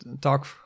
talk